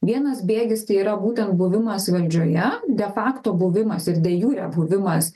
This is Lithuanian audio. vienas bėgis tai yra būtent buvimas valdžioje de fakto buvimas ir de jure buvimas